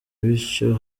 bityo